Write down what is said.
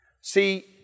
See